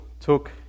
took